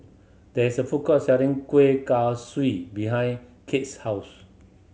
there is a food court selling Kueh Kaswi behind Kate's house